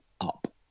up